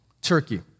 Turkey